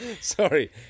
Sorry